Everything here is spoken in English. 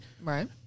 Right